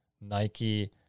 Nike